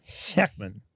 Heckman